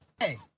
Hey